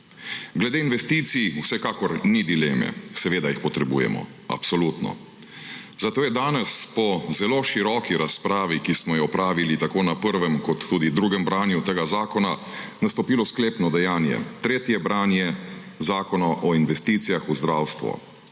Glede investicij vsekakor ni dileme. Seveda jih potrebujemo, absolutno. Zato je danes po zelo široki razpravi, ki smo jo opravili tako na prvem kot tudi drugem branju tega zakona, nastopilo sklepno dejanje, tretje branje zakona o investicijah v zdravstvo.